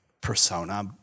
Persona